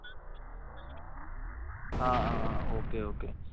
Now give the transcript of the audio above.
ആ ആ ആ ഓക്കെ ഓക്കെ